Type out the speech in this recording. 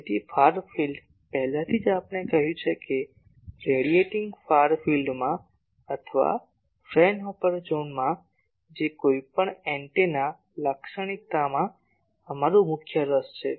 તેથી far field પહેલાથી જ આપણે કહ્યું છે કે રેડીયેટીંગ ફાર ફિલ્ડમાં અથવા ફ્રેનહોફર ઝોનમાં જે કોઈપણ એન્ટેના લાક્ષણિકતા માં અમારું મુખ્ય રસ છે